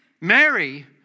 Mary